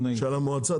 העיתונאים.